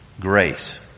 grace